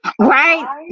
Right